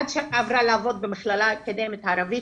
עד שעברה לעבוד במכללה האקדמית הערבית